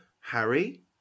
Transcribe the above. Harry